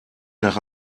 nach